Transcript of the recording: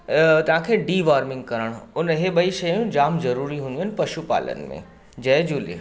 अ तव्हांखे डीवॉर्मिंग करण उन हीअ ॿई शयूं जाम ज़रूरी हूंदियूं आहिनि पशुपालनि में जय झूले